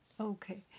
Okay